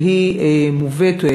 והיא מובאת.